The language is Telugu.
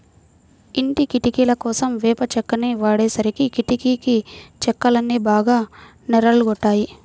ఇంటి కిటికీలకోసం వేప చెక్కని వాడేసరికి కిటికీ చెక్కలన్నీ బాగా నెర్రలు గొట్టాయి